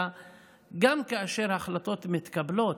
גם כאשר החלטות מתקבלות,